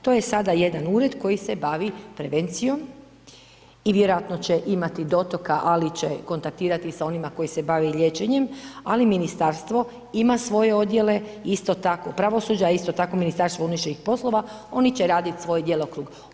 To je sada jedan Ured koji se bavi prevencijom i vjerojatno će imati dotoka, ali će kontaktirati i sa onima koji se bave i liječenjem, ali Ministarstvo ima svoje odjele, isto tako pravosuđa, isto tako MUP-a, oni će raditi svoj djelokrug.